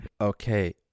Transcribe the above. Okay